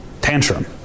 tantrum